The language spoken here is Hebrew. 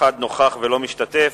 אחד נוכח ולא משתתף.